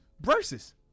Versus